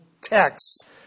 text